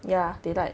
ya they like